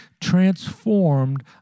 transformed